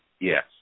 Yes